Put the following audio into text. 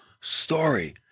story